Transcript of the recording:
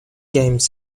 games